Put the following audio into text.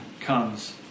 comes